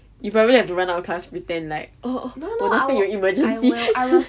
you probably have to run out of class pretend like oh oh 我那边有 emergency